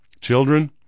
children